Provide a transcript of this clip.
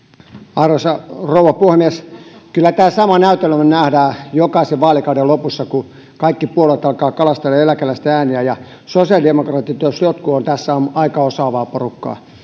arvoisa rouva puhemies kyllä tämä sama näytelmä nähdään jokaisen vaalikauden lopussa kun kaikki puolueet alkavat kalastelemaan eläkeläisten ääniä ja sosiaalidemokraatit jos jotkut ovat tässä aika osaavaa porukkaa